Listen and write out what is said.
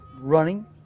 running